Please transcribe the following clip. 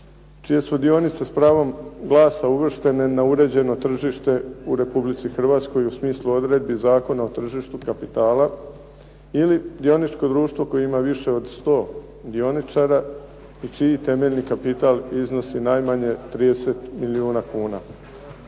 čije su dionice s pravom glasa uvrštene na uređeno tržište u Republici Hrvatskoj u smislu odredbi Zakona o tržištu kapitala ili dioničko društvo koje ima više od sto dioničara čiji temeljni kapital iznosi najmanje 30 milijuna kuna.